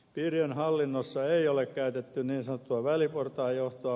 piirien hallinnossa ei ole käytetty niin sanottua väliportaan johtoa